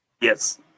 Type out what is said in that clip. Yes